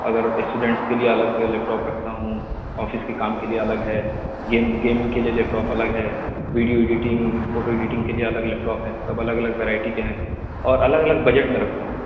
اگر اسٹوڈینٹس کے لیے الگ لیپ ٹاپ رکھتا ہوں آفس کے کام کے لیے الگ ہے گیم گیمنگ کے لیے لیپ ٹاپ الگ ہے ویڈیو ایڈیٹنگ فوٹو ایڈیٹنگ کے لیے الگ لیپ ٹاپ ہیں سب الگ الگ ویرائیٹی کے ہیں اور الگ الگ بجٹ میں رکھتا ہوں